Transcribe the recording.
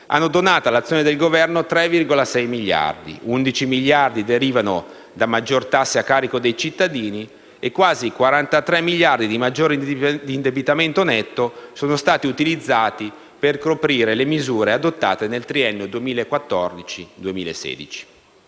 hanno donato all'azione del Governo 3,6 miliardi; 11 miliardi derivano poi da maggiori tasse a carico dei cittadini; e quasi 43 miliardi di maggiore indebitamento netto sono stati utilizzati per coprire le misure adottate nel triennio 2014-2016.